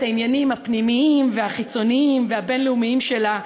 העניינים הפנימיים והחיצוניים והבין-לאומיים שלה,